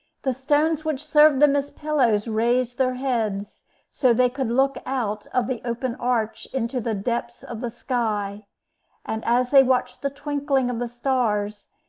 the stones which served them as pillows raised their heads so they could look out of the open arch into the depths of the sky and as they watched the twinkling of the stars,